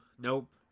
Nope